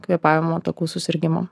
kvėpavimo takų susirgimui